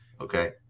Okay